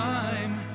time